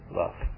love